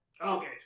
Okay